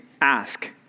ask